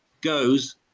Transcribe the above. goes